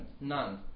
None